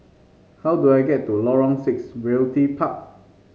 how do I get to Lorong Six Realty Park